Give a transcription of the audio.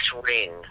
ring